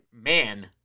Man